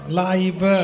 live